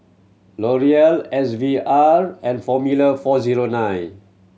L'Oreal S V R and Formula Four Zero Nine